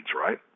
right